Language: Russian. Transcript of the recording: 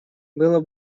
было